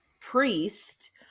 priest